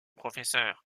professeur